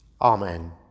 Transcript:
Amen